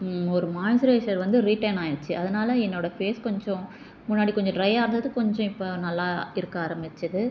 ஒரு மாய்ஸரைஸர் வந்து ரீட்டைன் ஆகிடுச்சி அதனால் என்னோடய ஃபேஸ் கொஞ்சம் முன்னாடி கொஞ்சம் ட்ரையாக இருந்தது கொஞ்சம் இப்போ நல்லா இருக்க ஆரம்பித்தது